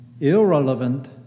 irrelevant